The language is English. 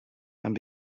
and